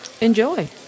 enjoy